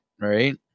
right